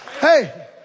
Hey